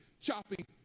chopping